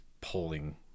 pulling